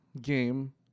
game